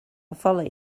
follow